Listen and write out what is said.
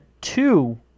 two